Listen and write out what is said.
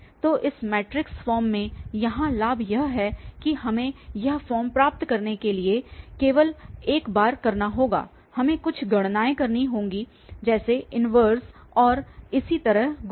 तो इस matrix form में यहां लाभ यह है कि हमें यह फॉर्म प्राप्त करने के लिए इसे केवल एक बार करना होगा हमें कुछ गणनाएँ करनी होती हैं जैसे इन्वर्स और इसी तरह गुणन